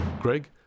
Greg